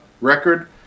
record